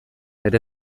ere